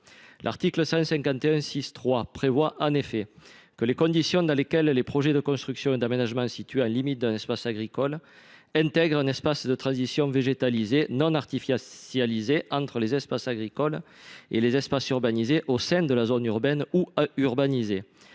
par conséquent que les conditions dans lesquelles les projets de construction et d’aménagement situés en limite d’un espace agricole intègrent un espace de transition végétalisé non artificialisé entre les espaces agricoles et les espaces urbanisés au sein de la zone urbaine ou à urbaniser,